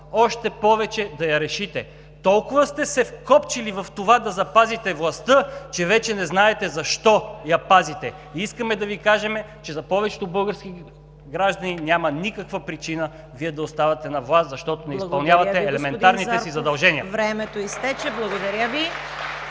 още повече да я решите. Толкова сте се вкопчили в това да запазите властта, че вече не знаете защо я пазите. Искаме да Ви кажем, че за повечето български граждани няма никаква причина Вие да оставате на власт, защото не изпълнявате елементарните си задължения. (Ръкопляскания